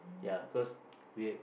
ya cause we